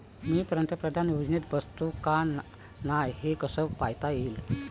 मी पंतप्रधान योजनेत बसतो का नाय, हे कस पायता येईन?